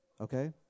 okay